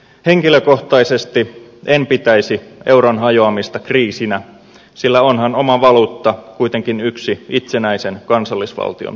henkilökohtaisesti en pitäisi euron hajoamista kriisinä sillä onhan oma valuutta kuitenkin yksi itsenäisen kansallisvaltion tunnuksista